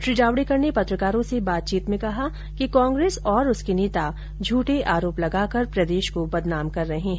श्री जावड़ेकर ने पत्रकारों से बातचीत में कहा कि कांग्रेस और उसके नेता झूठे आरोप लगा कर प्रदेश को बदनाम कर रहे है